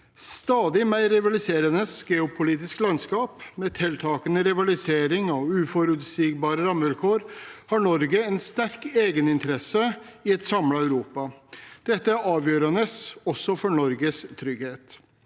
stadig mer rivaliserende geopolitisk landskap, med tiltakende rivalisering og uforutsigbare rammevilkår, har Norge en sterk egeninteresse i et samlet Europa. Dette er avgjørende også for Norges trygghet.